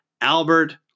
Albert